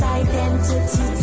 identity